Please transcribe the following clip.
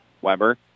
Weber